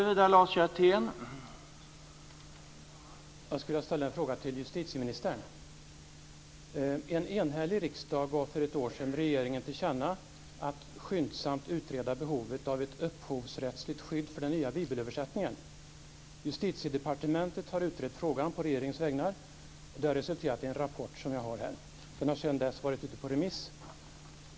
Herr talman! Jag skulle vilja ställa en fråga till justitieministern. En enhällig riksdag gav för ett år sedan regeringen till känna att skyndsamt utreda behovet av ett upphovsrättsligt skydd för den nya bibelöversättningen. Justitiedepartementet har utrett frågan på regeringens vägnar, och det har resulterat i en rapport som jag har här. Den har sedan dess varit ute på remiss.